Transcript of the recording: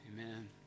Amen